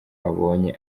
abonye